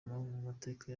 mateka